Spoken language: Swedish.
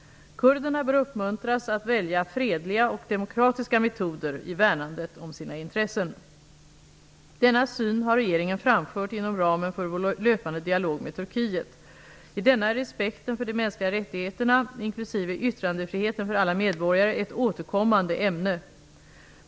Kurderna bör uppmuntras att välja fredliga och demokratiska metoder i värnandet om sina intressen. Denna syn har regeringen framfört inom ramen för vår löpande dialog med Turkiet. I denna är respekten för de mänskliga rättigheterna, inklusive yttrandefriheten för alla medborgare, ett återkommande ämne.